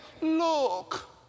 Look